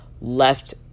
left